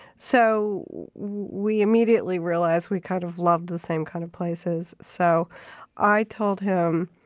so we immediately realized we kind of loved the same kind of places. so i told him,